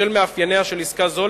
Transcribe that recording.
בשל מאפייניה של עסקה זו,